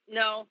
no